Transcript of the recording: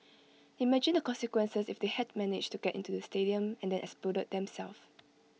imagine the consequences if they had managed to get into the stadium and then exploded themselves